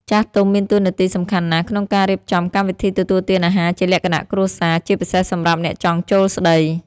ចាស់ទុំមានតួនាទីសំខាន់ណាស់ក្នុងការរៀបចំកម្មវិធីទទួលទានអាហារជាលក្ខណៈគ្រួសារ ជាពិសេសសម្រាប់អ្នកចង់ចូលស្តី។